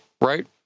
right